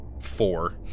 Four